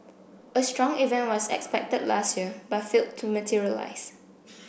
a strong event was expected last year but failed to materialise